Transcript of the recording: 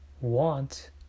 want